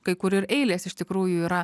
kai kur ir eilės iš tikrųjų yra